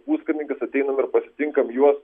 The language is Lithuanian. pulkininkas ateinam ir pasitinkam juos